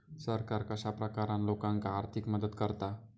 सरकार कश्या प्रकारान लोकांक आर्थिक मदत करता?